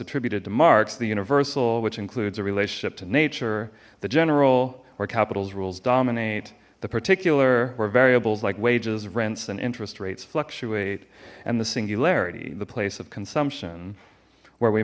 attributed to marx the universal which includes a relationship to nature the general or capital's rules dominate the particular were variables like wages rents and interest rates fluctuate and the singularity the place of consumption where we